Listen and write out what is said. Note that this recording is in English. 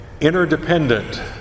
interdependent